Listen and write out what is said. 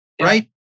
right